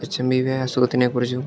H M P V അസുഖത്തിനെ കുറിച്ചും